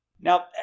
Now